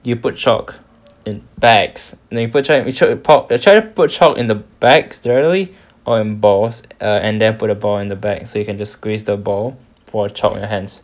you put chalk in bags then you put chalk you try to put chalk in the bag really on balls err and then put the ball in the bag so you can just squeezed the ball for a chalk on your hands